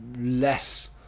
less